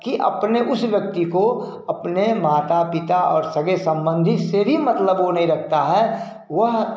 कि अपने उस व्यक्ति को अपने माता पिता और सगे सम्बन्धी से भी मतलब वो नहीं रखता है वह